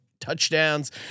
touchdowns